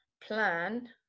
plan